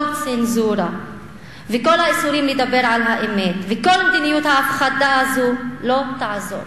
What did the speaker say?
כל צנזורה וכל האיסורים לדבר על האמת וכל מדיניות ההפחדה הזו לא יעזרו,